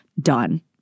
done